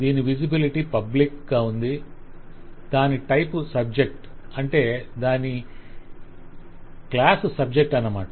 దీని visibility public గా ఉంది దాని టైపు సబ్జెక్టు అంటే దాని వేరే ఇతర క్లాసు సబ్జెక్టు అనమాట